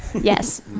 yes